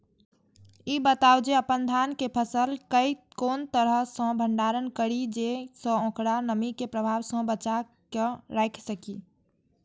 ई बताऊ जे अपन धान के फसल केय कोन तरह सं भंडारण करि जेय सं ओकरा नमी के प्रभाव सं बचा कय राखि सकी?